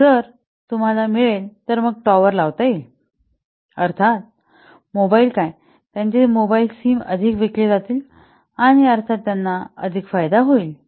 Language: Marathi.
तर जर तुम्हाला मिळेलतर मग टॉवर लावता येईल अर्थात मोबाईल काय त्यांचे मोबाइल सिम अधिक विकले जातील आणि अर्थात त्यांना अधिक फायदा होईल